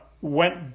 went